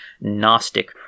Gnostic